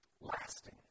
lasting